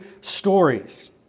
stories